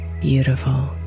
beautiful